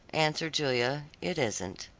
answered julia, it isn't.